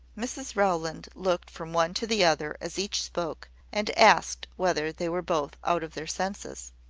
mrs rowland looked from one to the other as each spoke, and asked whether they were both out of their senses.